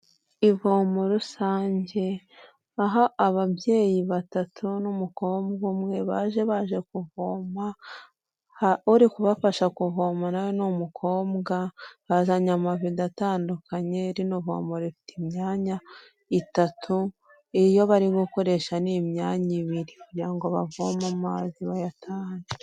Ivomo rusange, aho ababyeyi batatu n'umukobwa umwe baje baje kuvoma, uri kubafasha kuvoma nawe ni umukobwa, bazanye amavido atandukanye, rino vomo rifite imyanya itatu, iyo bari gukoresha ni imyanya ibiri kugira ngo bavome amazi bayatahane.